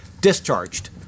discharged